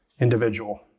individual